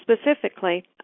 specifically